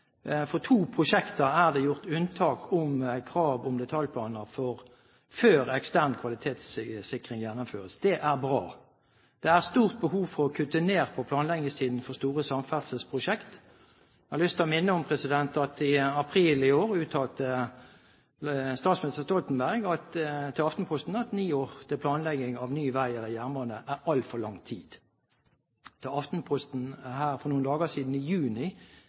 For to prosjekter er det gjort unntak om krav om detaljplaner før ekstern kvalitetssikring gjennomføres. Det er bra. Det er stort behov for å kutte ned på planleggingstiden for store samferdselsprosjekter. Jeg har lyst til å minne om at i april i år uttalte statsminister Stoltenberg til Aftenposten: «Ni år til planlegging av ny vei eller jernbane, det er alt for lang tid». Til Aftenposten her for noen dager siden i juni